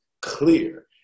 clear